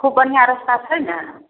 खुब बढ़िआँ रस्ता छै ने